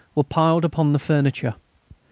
were piled upon the furniture.